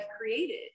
created